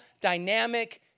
dynamic